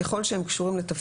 כנראה יש כל מיני דוגמאות.